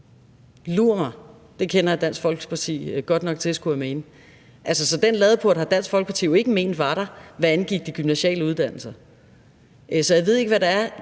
lur mig! Det kender jeg Dansk Folkeparti godt nok til, skulle jeg mene. Så den ladeport har Dansk Folkeparti jo ikke ment var der, hvad angik de gymnasiale uddannelser. Så jeg ved ikke, hvad det er,